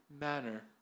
manner